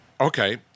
Okay